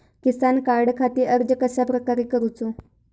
किसान कार्डखाती अर्ज कश्याप्रकारे करूचो?